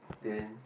then